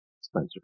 Spencer